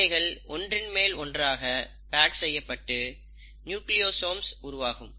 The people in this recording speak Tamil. இவைகள் ஒன்றின் மேல் ஒன்றாக பேக் செய்யப்பட்டு நியூக்லியோசோம்ஸ் ஆக உருவாகும்